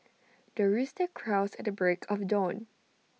the rooster crows at the break of dawn